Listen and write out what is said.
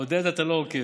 עודד, אתה לא עוקב.